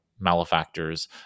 malefactors